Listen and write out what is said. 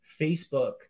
Facebook